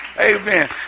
Amen